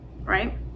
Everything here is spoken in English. right